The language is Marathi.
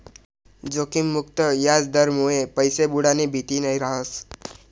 जोखिम मुक्त याजदरमुये पैसा बुडानी भीती नयी रहास